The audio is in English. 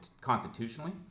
constitutionally